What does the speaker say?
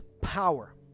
power